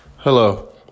Hello